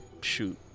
shoot